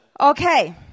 Okay